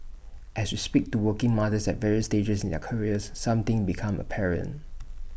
as we speak to working mothers at various stages in their careers some things become apparent